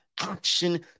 action